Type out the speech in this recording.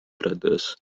brothers